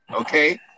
Okay